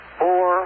four